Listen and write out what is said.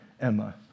Emma